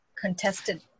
contested